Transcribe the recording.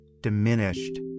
diminished